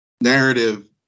narrative